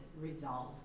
resolve